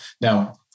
Now